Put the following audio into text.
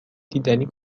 دیدنی